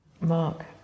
Mark